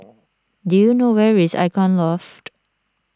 do you know where is Icon Loft